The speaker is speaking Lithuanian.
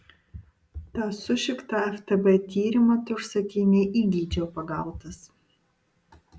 tą sušiktą ftb tyrimą tu užsakei ne įgeidžio pagautas